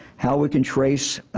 how we can trace